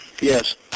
Yes